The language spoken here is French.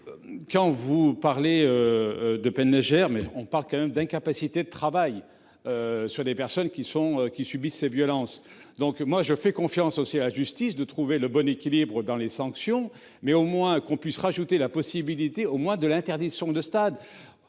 Quand vous parlez. De peines légères mais on parle quand même d'incapacité de travail. Sur des personnes qui sont, qui subissent ces violences. Donc moi je fais confiance aussi à la justice de trouver le bon équilibre dans les sanctions, mais au moins qu'on puisse rajouter la possibilité au moins de l'interdiction de stade.